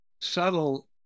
subtle